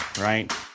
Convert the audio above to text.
right